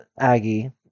aggie